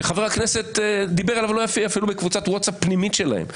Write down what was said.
שחבר הכנסת אפילו דיבר אליו לא יפה בקבוצת ווטסאפ פנימית שלהם.